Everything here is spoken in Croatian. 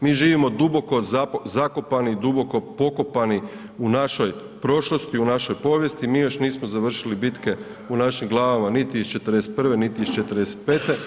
Mi živimo duboko zakopani i duboko pokopani u našoj prošlosti, u našoj povijesti, mi još nismo završili bitke u našim glavama niti iz '41., niti iz '45.